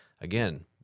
again